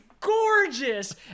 Gorgeous